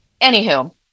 Anywho